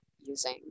using